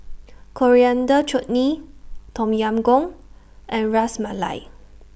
Coriander Chutney Tom Yam Goong and Ras Malai